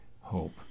hope